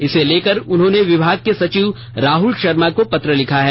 इसे लेकर उन्होंने विभाग के सचिव राहुल शर्मा को पत्र लिखा है